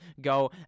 go